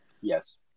Yes